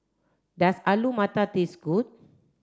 does Alu Matar taste good